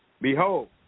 Behold